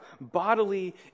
bodily